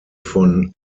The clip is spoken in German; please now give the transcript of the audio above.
von